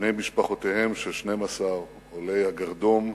בני משפחותיהם של 12 עולי הגרדום,